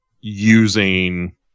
using